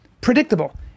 predictable